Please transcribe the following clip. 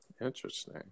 Interesting